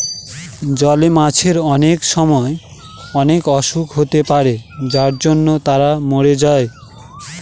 জলে মাছের অনেক সময় অনেক অসুখ হতে পারে যার জন্য তারা মরে যায়